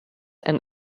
and